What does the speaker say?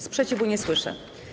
Sprzeciwu nie słyszę.